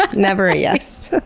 but never a yes.